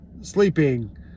sleeping